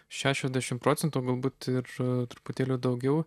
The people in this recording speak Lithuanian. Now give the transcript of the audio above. šešiasdešimt procentų galbūt ir truputėlį daugiau